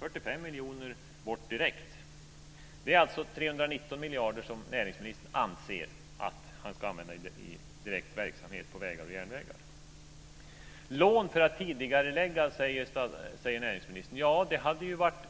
45 miljarder gick bort direkt. Det är alltså 319 miljarder som näringsministern anser att han ska använda i direkt verksamhet på vägar och järnvägar. Vi tar lån för att tidigarelägga projekt, säger näringsministern. Ja, det hade ju varit